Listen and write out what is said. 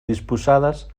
disposades